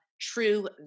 true